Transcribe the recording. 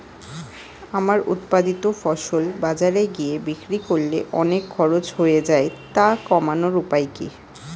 আমার উৎপাদিত ফসল বাজারে গিয়ে বিক্রি করলে অনেক খরচ হয়ে যায় তা কমানোর উপায় কি?